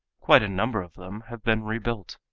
quite a number of them have been rebuilt.